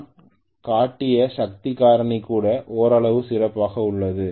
நான் காட்டிய சக்தி காரணி கூட ஓரளவு சிறப்பாக உள்ளது